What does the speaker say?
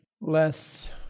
less